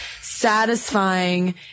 satisfying